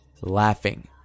laughing